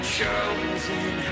chosen